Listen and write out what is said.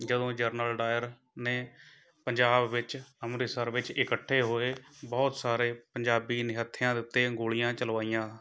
ਜਦੋਂ general Dyer ਨੇ ਪੰਜਾਬ ਵਿੱਚ ਅੰਮ੍ਰਿਤਸਰ ਵਿੱਚ ਇਕੱਠੇ ਹੋਏ ਬਹੁਤ ਸਾਰੇ ਪੰਜਾਬੀ ਨਿਹੱਥਿਆ ਦੇ ਉੱਤੇ ਗੋਲੀਆਂ ਚਲਵਾਈਆਂ